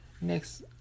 next